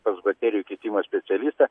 pas baterijų keitimo specialistą